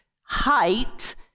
height